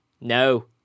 No